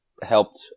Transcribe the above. helped